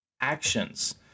actions